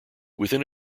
within